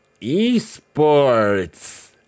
ESports